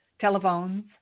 telephones